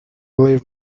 live